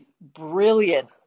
brilliant